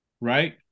right